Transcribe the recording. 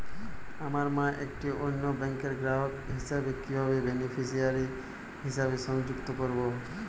আমার মা একটি অন্য ব্যাংকের গ্রাহক হিসেবে কীভাবে বেনিফিসিয়ারি হিসেবে সংযুক্ত করব?